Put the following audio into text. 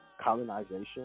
colonization